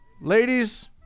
ladies